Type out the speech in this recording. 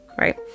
right